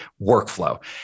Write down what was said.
Workflow